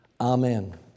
Amen